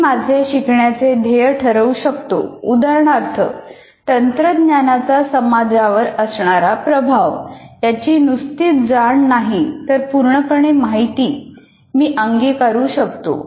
मी माझे शिकण्याचे ध्येय ठरवू शकतो उदाहरणार्थ तंत्रज्ञानाचा समाजावर असणारा प्रभाव याची नुसतीच जाण नाही तर पूर्णपणे माहिती मी अंगीकारु शकतो